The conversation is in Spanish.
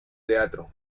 teatro